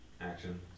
Action